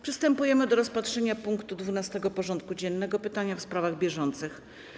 Przystępujemy do rozpatrzenia punktu 12. porządku dziennego: Pytania w sprawach bieżących.